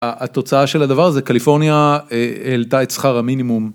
התוצאה של הדבר הזה קליפורניה העלתה את שכר המינימום.